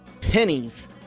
pennies